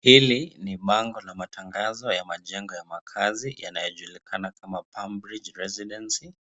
Hili ni bango na matangazo ya majengo ya makazi yanayojulikana kama Palm Bridge Residency.